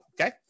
Okay